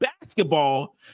basketball